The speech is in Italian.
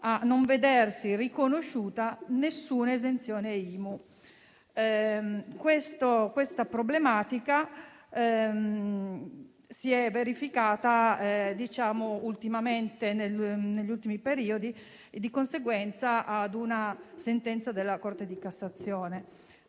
a non vedersi riconosciuta alcuna esenzione IMU. Questa problematica si è verificata negli ultimi periodi e in conseguenza di una sentenza della Corte di cassazione,